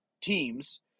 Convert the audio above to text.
teams